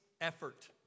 effort